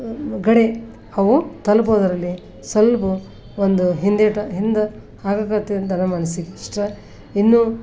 ಕಡೆ ಅವು ತಲುಪೋದರಲ್ಲಿ ಸ್ವಲ್ಪು ಒಂದು ಹಿಂದೇಟು ಹಿಂದೆ ಆಗಕತ್ತಿ ಇನ್ನೂ